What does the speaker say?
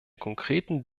konkreten